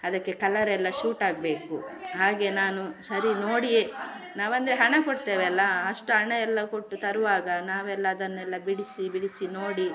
ಅದಕ್ಕೆ ಕಲರ್ ಎಲ್ಲ ಶೂಟ್ ಆಗಬೇಕು ಹಾಗೆ ನಾನು ಸರಿ ನೋಡಿಯೇ ನಾವಂದರೆ ಹಣ ಕೊಡ್ತೇವೆಲ್ಲ ಅಷ್ಟು ಹಣಯೆಲ್ಲ ಕೊಟ್ಟು ತರುವಾಗ ನಾವೆಲ್ಲ ಅದನ್ನೆಲ್ಲ ಬಿಡಿಸಿ ಬಿಡಿಸಿ ನೋಡಿ